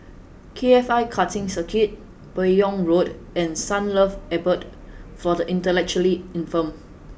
K F I Karting Circuit Buyong Road and Sunlove Abode for the Intellectually Infirmed